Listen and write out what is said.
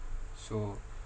so